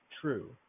True